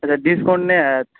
अच्छा डिस्काउंट नहि होयत